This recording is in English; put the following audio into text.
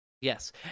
Yes